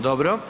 Dobro.